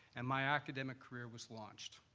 and my academic career was launched.